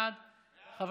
בעד,